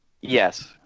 Yes